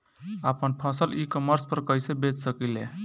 आपन फसल e commerce पर कईसे बेच सकिले?